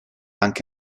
anche